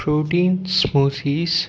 protein smoothies